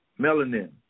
melanin